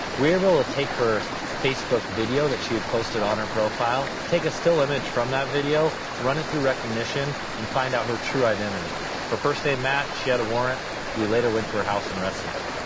will take her facebook video that she had posted on her profile take a still image from that video run it through recognition and find out her true identity her first name match she had a warrant we later went to her house and rested her